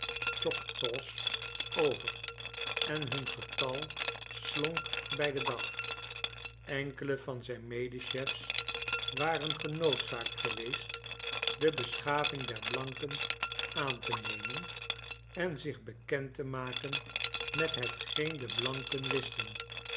choctaws over en hun getal slonk bij den dag enkele van zijn medechefs waren genoodzaakt geweest de beschaving der blanken aan te nemen en zich bekend te maken met hetgeen de blanken wisten